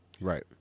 Right